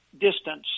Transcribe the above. distance